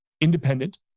independent